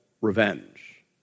revenge